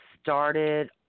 started